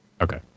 Okay